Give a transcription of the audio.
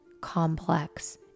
complex